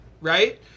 Right